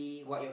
okay